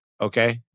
Okay